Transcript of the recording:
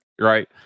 right